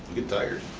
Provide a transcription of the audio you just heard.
get tired.